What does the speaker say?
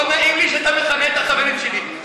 לא נעים לי שאתה מכנה את החברים שלי,